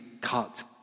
cut